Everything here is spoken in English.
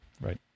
Right